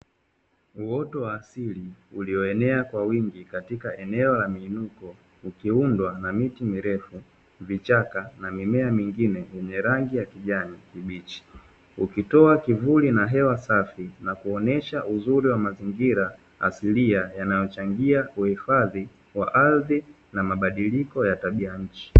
Uoto wa asili ulioenea kwa wingi katika eneo la muinuko ukiundwa na miti mirefu, vichaka na mimea mingine yenye rangi ya kijani kibichi, ukitoa kivuli na hewa safi na kuonesha uzuri wa mazingira asilia yanayochangia uhifadhi wa ardhi na mabadiliko ya tabia ya nchi.